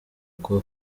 kwa